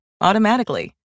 automatically